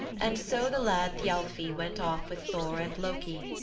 and so the lad thialfi went off with thor and loki.